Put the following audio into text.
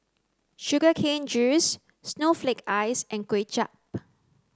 sugar cane juice snowflake ice and Kuay Chap